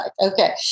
Okay